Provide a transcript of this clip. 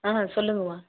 ஆ சொல்லுங்கம்மா